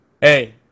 Hey